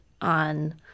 on